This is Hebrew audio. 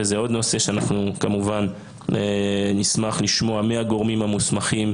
וזה עוד נושא שאנחנו כמובן נשמח לשמוע מהגורמים המוסמכים,